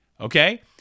okay